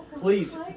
Please